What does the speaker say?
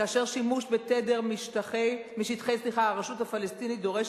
כאשר שימוש בתדר משטחי הרשות הפלסטינית דורש